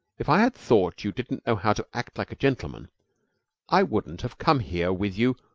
if i had thought you didn't know how to act like a gentleman i wouldn't have come here with you.